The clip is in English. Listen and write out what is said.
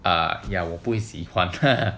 uh 我不会喜欢